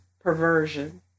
perversion